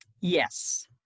Yes